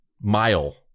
mile